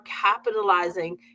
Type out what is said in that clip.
capitalizing